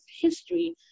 history